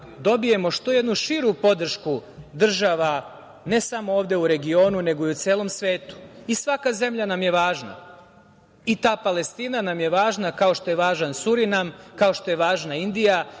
dobijemo što jednu širu podršku država, ne samo ovde u regionu, nego i u celom svetu. Svaka zemlja nam je važna, i ta Palestina nam je važna, kao što je važan Surinam, kao što je važna Indija,